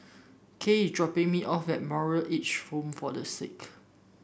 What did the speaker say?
Cael is dropping me off at Moral Aged Home for The Sick